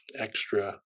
extra